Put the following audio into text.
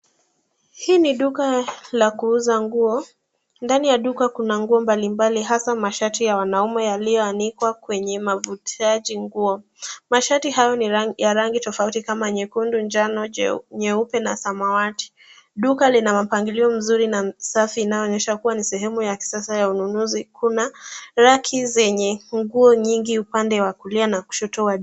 Hii ni duka la kuuza nguo. Ndani kunanguo mbalimbali hasa mashati ya wanaume yalioanikwa kwenye mavutaji nguo. Mashait hayo ni ya marangi tofauti kama nyekundu, njano, nyeupe na samawati. Duka linamapangilio mzuri na safi linaloonyesha ni sehemu ya kisasa ya ununuzi. Kuna raki zenye nguo nyingi upande wa kulia na kushoto wa duka.